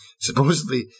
Supposedly